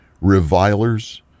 revilers